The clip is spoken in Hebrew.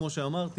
כמו שאמרתי,